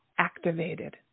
activated